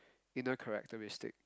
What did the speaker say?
inner characteristic